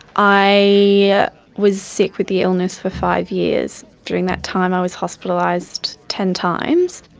i yeah was sick with the illness for five years. during that time i was hospitalised ten times,